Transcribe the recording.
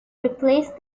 replace